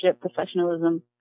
professionalism